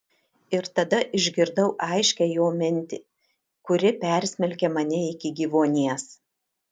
ir tada išgirdau aiškią jo mintį kuri persmelkė mane iki gyvuonies